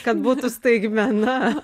kad būtų staigmena